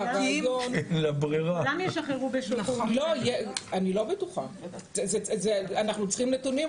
אם כבר צריך לשחרר אחרי שבית המשפט גזר את העונש ושבית המשפט נתן שליש,